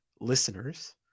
listeners